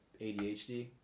ADHD